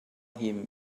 him